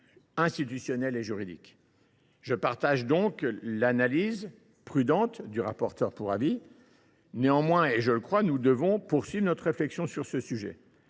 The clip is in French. institutionnels et juridiques. Je partage donc l’analyse prudente du rapporteur pour avis. Néanmoins, nous devons poursuivre notre réflexion sur ce sujet.